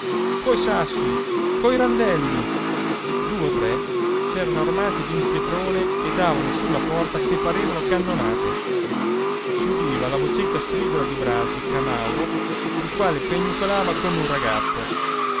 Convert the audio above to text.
coi sassi coi randelli due o tre s'erano armati di un pietrone e davano sulla porta che parevano cannonate si udiva la vocetta stridula di brasi camauro il quale piagnucolava come un ragazzo